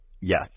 Yes